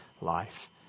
life